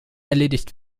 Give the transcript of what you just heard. erledigt